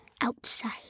Outside